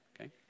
okay